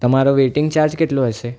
તમારો waiting charge કેટલો હશે